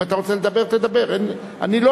אם אתה